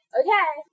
okay